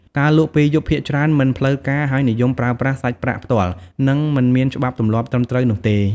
ការលក់ពេលយប់ភាគច្រើនមិនផ្លូវការ ហើយនិយមប្រើប្រាស់សាច់ប្រាក់ផ្ទាល់ និងមិនមានច្បាប់ទម្លាប់ត្រឹមត្រូវនោះទេ។